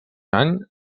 any